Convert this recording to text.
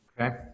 Okay